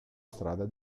strada